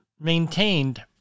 maintained